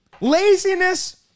Laziness